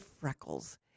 freckles